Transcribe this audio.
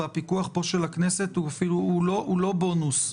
הפיקוח של הכנסת הוא לא בונוס,